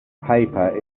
paper